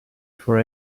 for